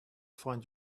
find